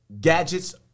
Gadget's